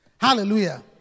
Hallelujah